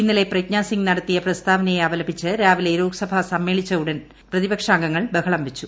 ഇന്നലെ പ്രജ്ഞാ സിംഗ് നടത്തിയ പ്രസ്താവനയെ അപലപിച്ച് രാവിലെ ലോക്സഭ സമ്മേളിച്ച ഉടൻ തന്നെ പ്രതിപക്ഷാംഗങ്ങൾ ബഹളം വച്ചു